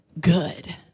good